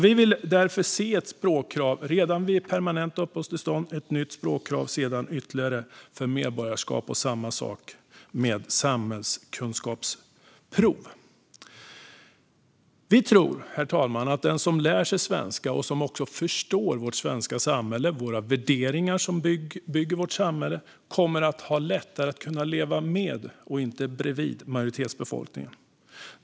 Vi vill därför ha ett språkkrav redan för permanenta uppehållstillstånd och sedan ytterligare ett språkkrav för medborgarskap. Detsamma gäller för samhällskunskap. Herr talman! Vi tror att den som lär sig svenska och också förstår vårt svenska samhälle och de värderingar som bygger vårt samhälle kommer att ha lättare att leva med och inte bredvid majoritetsbefolkningen.